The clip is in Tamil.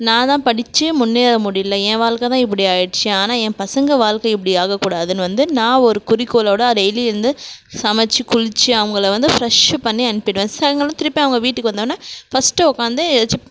நான் தான் படிச்சு முன்னேற முடியல என் வாழ்க்கை தான் இப்படி ஆகிட்ச்சி ஆனால் என் பசங்கள் வாழ்க்கை இப்படி ஆக கூடாதுன்னு வந்து நான் ஒரு குறிக்கோளோட அ டெய்லி எழுந்து சமைச்சி குளிச்சு அவங்கள வந்து ஃப்ரெஷ்ஷு பண்ணி அனுப்பிடுவேன் சாய்ங்காலம் திருப்பி அவங்க வீட்டுக்கு வந்தொவுன்னே ஃபஸ்ட்டு உக்காந்து எதாச்சு